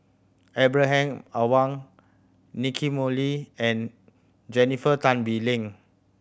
Ibrahim Awang Nicky Moey and Jennifer Tan Bee Leng